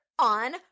On